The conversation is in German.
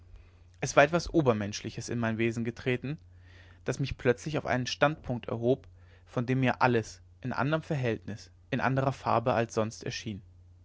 es war etwas obermenschliches in mein wesen getreten das mich plötzlich auf einen standpunkt erhob von dem mir alles in anderm verhältnis in anderer farbe als sonst erschien